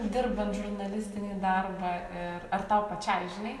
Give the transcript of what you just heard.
dirbant žurnalistinį darbą ir ar tau pačiai žinai